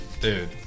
dude